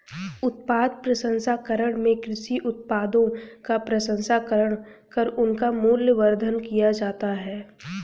उत्पाद प्रसंस्करण में कृषि उत्पादों का प्रसंस्करण कर उनका मूल्यवर्धन किया जाता है